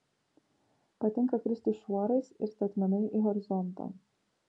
patinka kristi šuorais ir statmenai į horizontą